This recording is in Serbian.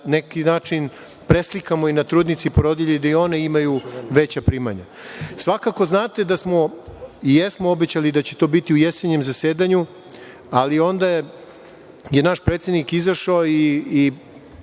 neki način preslikamo na trudnice i porodilje i da i one imaju veća primanja. Svakako znate da smo, i jesmo obećali da će to biti u jesenjem zasedanju, ali onda je naš predsednik izašao